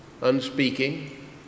unspeaking